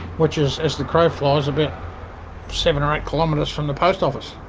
which is as the crow flies about seven or eight kilometres from the post office.